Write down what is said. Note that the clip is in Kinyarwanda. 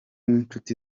n’inshuti